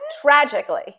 tragically